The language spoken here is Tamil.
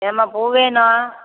ஏம்மா பூ வேணும்